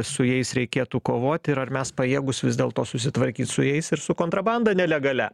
su jais reikėtų kovoti ir ar mes pajėgūs vis dėlto susitvarkyt su jais ir su kontrabanda nelegalia